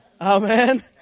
Amen